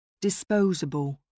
disposable